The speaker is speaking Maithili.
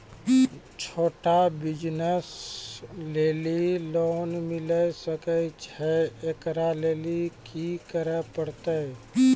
छोटा बिज़नस लेली लोन मिले सकय छै? एकरा लेली की करै परतै